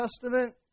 Testament